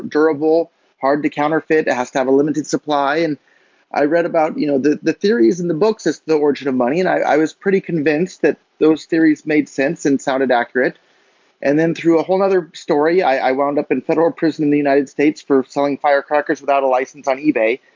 durable hard to counterfeit, it has to have a limited supply. and i read about you know the the theories and the books is the origin of money and i was pretty convinced that those theories made sense and sounded accurate and then through a whole another story, i wound up in federal prison in the united states for selling firecrackers without a license on ebay,